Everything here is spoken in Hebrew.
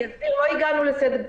אסביר.